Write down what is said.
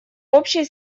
общей